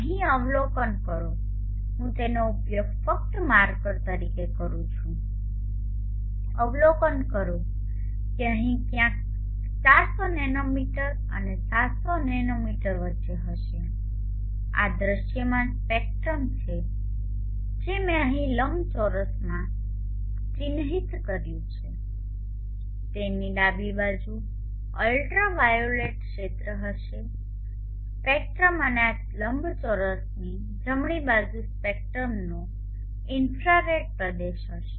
અહીં અવલોકન કરો હું તેનો ઉપયોગ ફક્ત માર્કર તરીકે કરું છું અવલોકન કરો કે અહીં ક્યાંક 400 નેનોમીટર અને 700 નોમિમીટર વચ્ચે હશે અને આ દૃશ્યમાન સ્પેક્ટ્રમ છે જે મેં અહીં લંબચોરસમાં ચિહ્નિત કર્યું છે તેની ડાબી બાજુએ અલ્ટ્રાવાયોલેટ ક્ષેત્ર હશે સ્પેક્ટ્રમ અને આ લંબચોરસની જમણી બાજુ સ્પેક્ટ્રમનો ઇન્ફ્રારેડ પ્રદેશ હશે